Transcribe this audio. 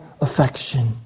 affection